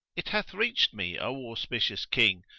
it hath reached me, o auspicious king,